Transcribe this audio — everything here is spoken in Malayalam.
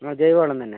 അതെ ജൈവവളം തന്നെ